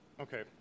Okay